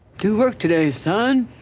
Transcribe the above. do work today, son.